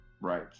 Right